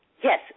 Yes